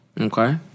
Okay